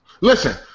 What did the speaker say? Listen